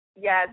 yes